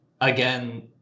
again